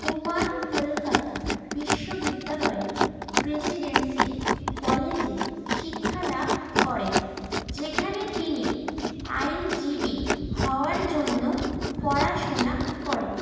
কুমার কলকাতা বিশ্ববিদ্যালয়ের প্রেসিডেন্সি কলেজে শিক্ষা লাভ করেন যেখানে তিনি আইনজীবী হওয়ার জন্য পড়াশোনা করেন